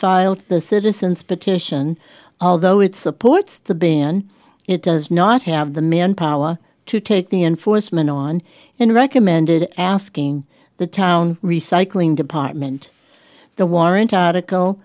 filed the citizens petition although it supports the ban it does not have the manpower to take the enforcement on an recommended asking the town recycling department the warrant article